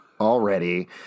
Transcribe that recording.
already